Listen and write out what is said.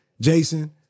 Jason